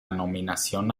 nominación